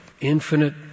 infinite